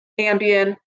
Ambien